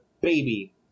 baby